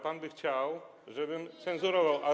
Pan by chciał, żebym cenzurował, a.